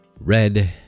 Red